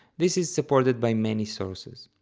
this is supported by many sources.